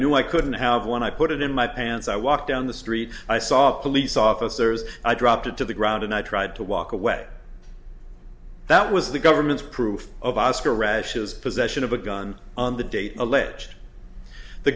knew i couldn't have one i put it in my pants i walked down the street i saw a police officers i dropped it to the ground and i tried to walk away that was the government's proof of oscar rashes possession of a gun on the date alleged the